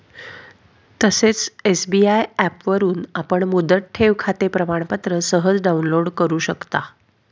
तसेच एस.बी.आय च्या ऍपवरून आपण मुदत ठेवखाते प्रमाणपत्र सहज डाउनलोड करु शकता